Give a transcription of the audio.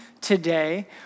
today